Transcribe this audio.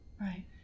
Right